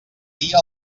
dia